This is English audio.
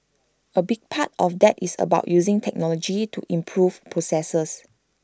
A big part of that is about using technology to improve processes